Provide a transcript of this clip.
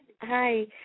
Hi